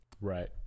Right